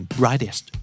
brightest